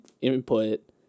input